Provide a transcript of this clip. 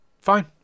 fine